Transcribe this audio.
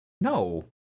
No